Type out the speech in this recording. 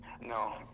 No